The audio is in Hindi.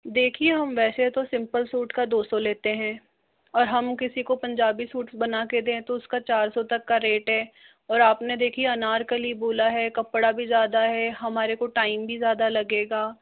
देखिये हम वैसे तो सिंपल सूट का दो सौ लेते हैं और हम किसी को पंजाबी सूट बनाकर दें तो उसका चार सौ तक का रेट है और आपने देखिये अनारकली बोला है कपड़ा भी ज़्यादा हमारे को टाइम भी ज़्यादा लगेगा